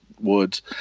Woods